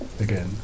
again